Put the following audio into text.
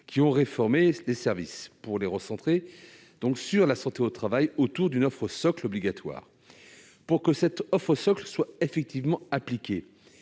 qui ont réformé ces services pour recentrer leurs missions sur la santé au travail autour d'une offre socle obligatoire. Pour que cette offre socle soit effective, dans le